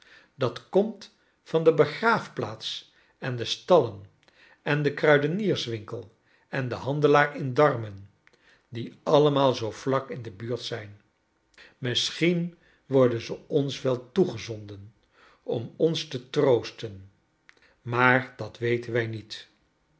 dat komt van de begraafplaats en de stallen en den kruidenierswinkel en den handelaar in darmen die allemaal zoo vlak in de buurt zijn misschien worden ze ons wel toegezonden om ons te troosten rnaar dat weten wij niet